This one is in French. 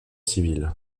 civil